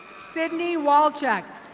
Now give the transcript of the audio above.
sydney walcheck.